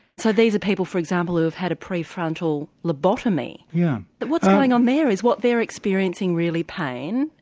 so these are people, for example, who've had a prefrontal lobotomy. yeah but what's going on there? is what they're experiencing really pain?